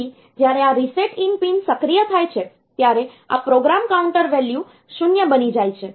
તેથી જ્યારે આ રીસેટ ઇન પિન સક્રિય થાય છે ત્યારે આ પ્રોગ્રામ કાઉન્ટર વેલ્યુ 0 બની જાય છે